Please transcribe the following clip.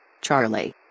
Charlie